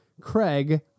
Craig